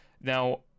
now